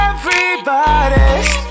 Everybody's